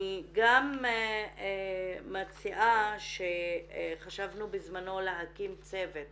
אני גם מציעה חשבנו בזמנו להקים צוות